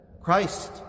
Christ